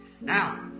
Now